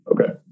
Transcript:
Okay